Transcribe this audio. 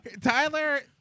Tyler